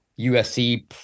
USC